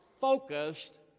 focused